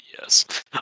yes